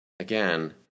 Again